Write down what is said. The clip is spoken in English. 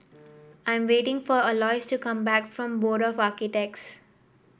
I'm waiting for Aloys to come back from Board of Architects